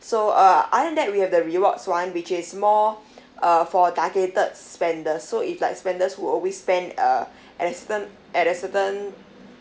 so uh other than that we have the rewards one which is more uh for targeted spender so if like spenders who always spend uh at a certain at a certain